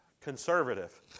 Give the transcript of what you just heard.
conservative